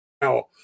now